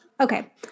okay